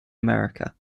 america